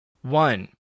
One